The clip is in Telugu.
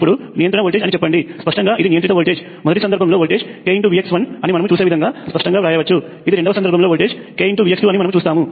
ఇప్పుడు నియంత్రణ వోల్టేజ్ అని చెప్పండి స్పష్టంగా ఇది నియంత్రిత వోల్టేజ్ మొదటి సందర్భంలో వోల్టేజ్ kVx1 అని మనము చూసే విధంగా స్పష్టంగా వ్రాయవచ్చు ఇది రెండవ సందర్భంలో వోల్టేజ్ kVx2 అని మనము చూస్తాము